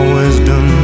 wisdom